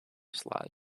slot